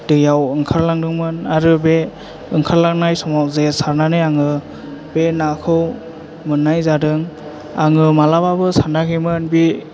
दैयाव ओंखारलांदोंमोन आरो बे ओंखारलांनाय समाव जे सारनानै आङो बे नाखौ मोननाय जादों आङो मालाबाबो सानाखैमोन बे